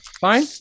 fine